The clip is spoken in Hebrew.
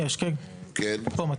גלעד אלון ממטה